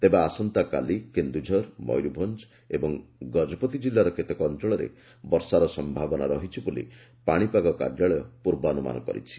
ତେବେ ଆସନ୍ତାକାଲି କେନୁଝର ମୟୂରଭଞ୍ଞ ଏବେ ଗଜପତି ଜିଲ୍ଲାର କେତେକ ଅଞ୍ଞଳରେ ବର୍ଷାର ସମ୍ଭାବନା ରହିଛି ବୋଲି ପାଶିପାଗ କାର୍ଯ୍ୟାଳୟ ପୂର୍ବାନୁମାନ କରିଛି